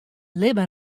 libben